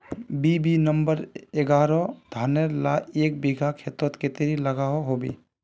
BB number एगारोह धानेर ला एक बिगहा खेतोत कतेरी लागोहो होबे?